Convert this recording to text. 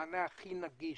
מענה הכי נגיש,